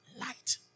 Light